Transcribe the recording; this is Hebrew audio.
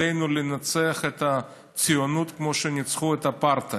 תפקידנו לנצח את הציונות כמו שניצחו את האפרטהייד.